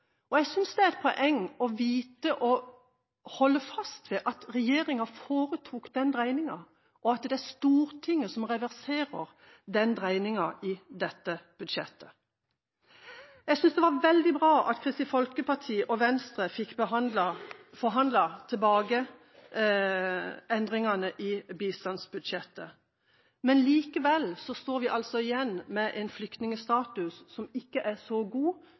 og jeg synes det er et poeng å vite og holde fast ved at regjeringa foretok den dreininga, og at det er Stortinget som reverserer den dreininga i dette budsjettet. Jeg synes det var veldig bra at Kristelig Folkeparti og Venstre fikk forhandlet tilbake endringene i bistandsbudsjettet, men likevel står vi igjen med en flyktningstatus som ikke er så god